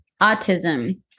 autism